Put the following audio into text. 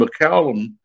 McCallum